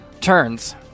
turns